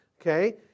Okay